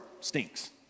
stinks